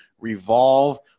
Revolve